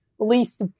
least